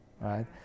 right